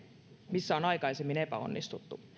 missä on aikaisemmin epäonnistuttu